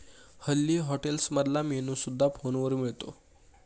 हल्ली हॉटेल्समधला मेन्यू सुद्धा फोनवर मिळतो